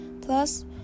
Plus